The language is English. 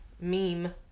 meme